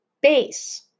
Base